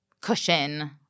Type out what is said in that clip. cushion-